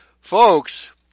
Folks